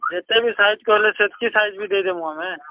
ଯେତେ ବି ସାଇଜ୍ କହିଲେ ସେତିକି ସାଇଜ ବି ଦେଇଦେମୁ ଆମେ